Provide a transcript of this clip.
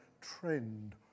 trend